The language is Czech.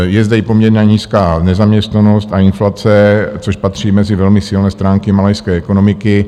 Je zde i poměrně nízká nezaměstnanost a inflace, což patří mezi velmi silné stránky malajské ekonomiky.